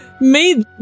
made